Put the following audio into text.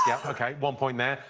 yeah ok, one point there.